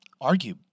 argue